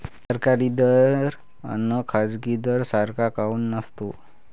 सरकारी दर अन खाजगी दर सारखा काऊन नसतो?